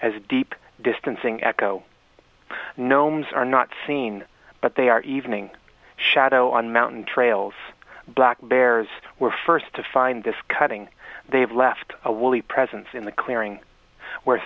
as deep distancing eco gnomes are not seen but they are evening shadow on mountain trails black bears were first to find this cutting they've left a woolly presence in the clearing where